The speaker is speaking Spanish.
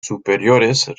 superiores